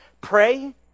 Pray